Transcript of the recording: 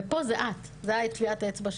ופה זה את, זאת טביעת האצבע שלך.